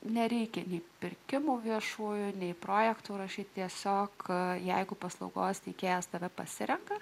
nereikia nei pirkimų viešųjų nei projektų rašyti tiesiog jeigu paslaugos teikėjas tave pasirenka